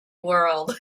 world